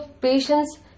patients